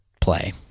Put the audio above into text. play